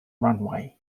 runway